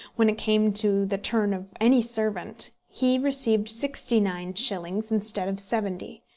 when it came to the turn of any servant, he received sixty-nine shillings instead of seventy,